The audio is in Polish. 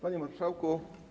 Panie Marszałku!